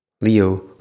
Leo